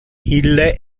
ille